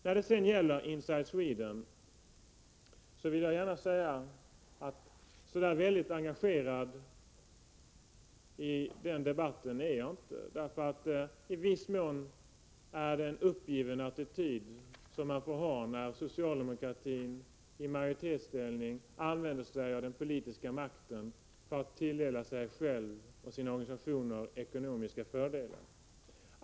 När det gäller Inside Sweden vill jag gärna säga att jag inte är så där väldigt engagerad i den debatten. I viss mån är det en uppgiven attityd man får ha, när socialdemokratin i majoritetsställning använder sig av den politiska makten för att tilldela sig själv och sina organisationer ekonomiska fördelar.